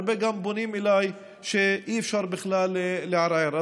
הרבה פונים אליי שאי-אפשר בכלל לערער.